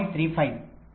35